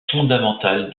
fondamentale